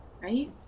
right